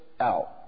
out